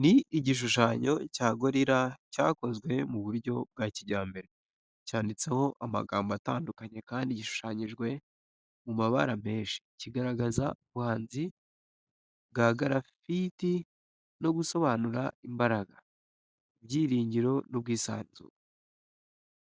Ni igishushanyo cya gorira cyakozwe mu buryo bwa kijyambere, cyanditseho amagambo atandukanye kandi gishushanyijwe mu mabara menshi, kigaragaza ubuhanzi bwa grafiti no gusobanura imbaraga, ibyiringiro n’ubwisanzure.